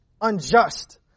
unjust